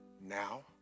now